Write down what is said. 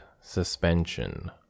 Suspension